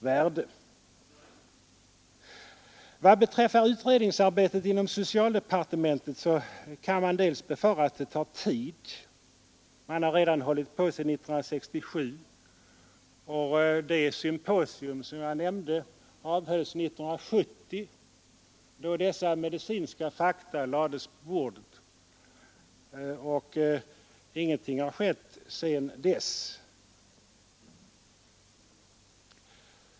Vad beträffar utredningsarbetet inom socialdepartementet kan man befara att det tar tid — man har hållit på ända sedan 1967, och det symposium som jag nämnde hölls 1970, då refererade medicinska fakta lades på bordet. Ingenting har skett sedan dess.